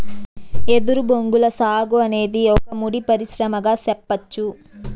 ఎదురు బొంగుల సాగు అనేది ఒక ముడి పరిశ్రమగా సెప్పచ్చు